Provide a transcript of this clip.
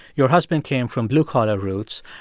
your husband came from blue-collar roots.